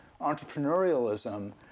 entrepreneurialism